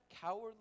cowardly